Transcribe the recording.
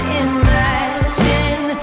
imagine